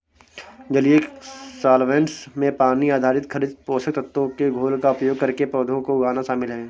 जलीय सॉल्वैंट्स में पानी आधारित खनिज पोषक तत्वों के घोल का उपयोग करके पौधों को उगाना शामिल है